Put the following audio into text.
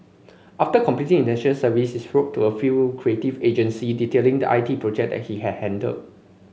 after completing his National Service he wrote to a few creative agency detailing the I T project he had handled